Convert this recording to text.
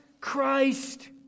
Christ